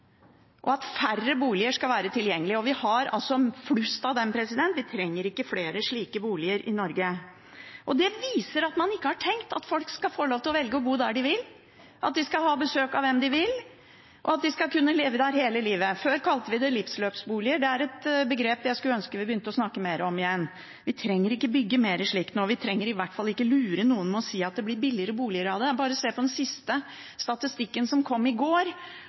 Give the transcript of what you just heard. og at færre boliger skal være tilgjengelige. Vi har flust av dem, vi trenger ikke flere slike boliger i Norge. Det viser at man ikke har tenkt at folk skal få lov til å velge å bo der de vil, at de skal kunne ha besøk av hvem de vil, og at de skal kunne leve der hele livet. Før kalte vi det livsløpsboliger. Det er et begrep jeg skulle ønske vi kunne begynne å snakke mer om igjen. Vi trenger ikke bygge mer av slikt nå, vi trenger i hvert fall ikke lure noen med å si at det blir billigere boliger av det. Bare se på den siste statistikken som kom i går,